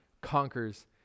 conquers